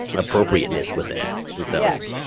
appropriateness with them and so yes.